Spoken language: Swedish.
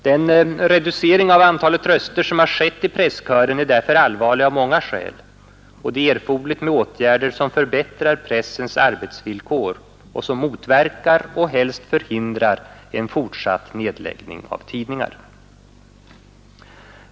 Den reducering av antalet röster som har skett i presskören är därför allvarlig av många skäl, och det är erforderligt med åtgärder som förbättrar pressens arbetsvillkor och som motverkar och helst förhindrar en fortsatt nedläggning av tidningar.